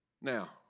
Now